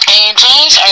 angels